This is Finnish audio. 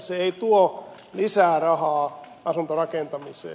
se ei tuo lisää rahaa asuntorakentamiseen